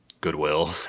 Goodwill